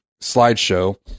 slideshow